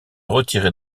retirer